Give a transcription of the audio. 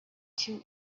two